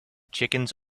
chickens